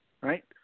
right